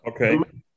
Okay